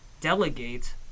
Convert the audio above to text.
delegate